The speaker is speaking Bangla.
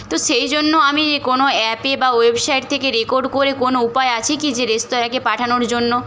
তো সেই জন্য আমি কোনো অ্যাপে বা ওয়েবসাইট থেকে রেকর্ড করে কোনো উপায় আছে কি যে রেস্তরাঁকে পাঠানোর জন্য